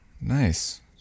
nice